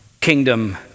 kingdom